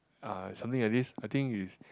uh something like this I think is